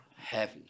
Heavy